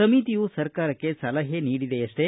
ಸಮಿತಿಯು ಸರ್ಕಾರಕ್ಷೆ ಸಲಹೆ ನೀಡಿದೆಯಷ್ಲೇ